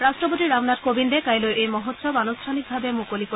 ৰট্টপতি ৰামনাথ কোবিন্দে কাইলৈ এই মহোৎসৱ আনুষ্ঠানিকভাৱে মুকলি কৰিব